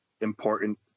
important